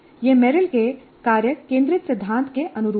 यह मेरिल के कार्य केंद्रित सिद्धांत के अनुरूप है